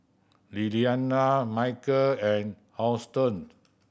Lillianna Michel and Houston